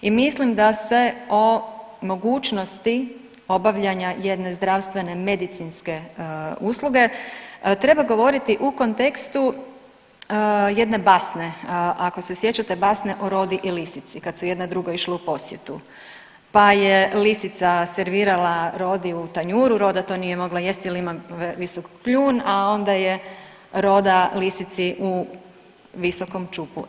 I mislim da se o mogućnosti obavljanja jedne zdravstvene medicinske usluge treba govoriti u kontekstu jedne basne, ako se sjećate basne o rodi i lisici kad su jedna drugoj išle u posjetu, pa je lisica servirala rodi u tanjuru, roda to nije mogla jesti jer ima visok kljun, a onda je roda lisici u visokom ćupu.